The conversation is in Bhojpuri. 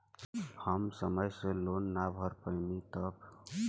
हम समय से लोन ना भर पईनी तब?